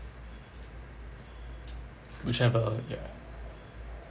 whichever ya